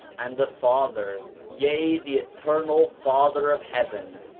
and the father, yea, the eternal father of heaven,